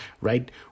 right